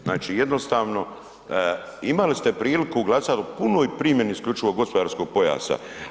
Znači jednostavno imali ste priliku glasati u punoj primjeni isključivog gospodarskog pojasa.